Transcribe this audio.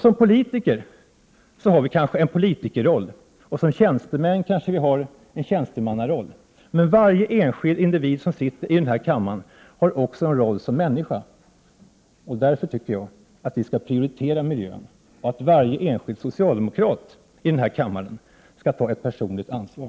Som politiker har vi kanske en politikerroll, och som tjänstemän kanske vi har en tjänstemannaroll. Men varje enskild individ som sitter i den här kammaren har också en roll som människa. Därför tycker jag att vi skall prioritera miljön och att varje enskild socialdemokrat här i kammaren skall ta ett personligt ansvar.